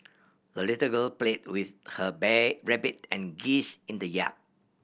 the little girl played with her rabbit and geese in the yard